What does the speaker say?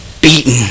beaten